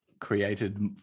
created